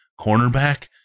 cornerback